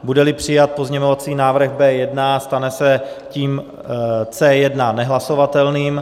Budeli přijat pozměňovací návrh B1, stane se tím C1 nehlasovatelným.